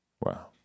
Wow